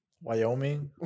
Wyoming